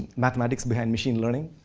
mathematics behind machine learning,